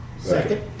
second